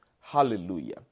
Hallelujah